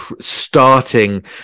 starting